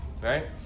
right